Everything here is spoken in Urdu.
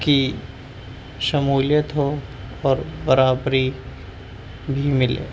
کی شمولیت ہو اور برابری بھی ملے